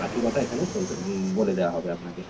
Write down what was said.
বাকি কথা এখানে শুনতে বলে দেওয়া হবে আপনাকে